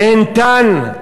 נהנתן.